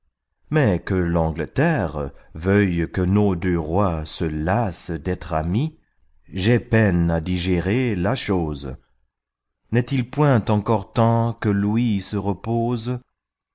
mais que l'angleterre veuille que nos deux rois se lassent d'être amis j'ai peine à digérer la chose n'est-il point encor temps que louis se repose